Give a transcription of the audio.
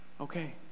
okay